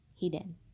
hidden